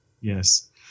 Yes